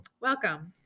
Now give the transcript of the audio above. Welcome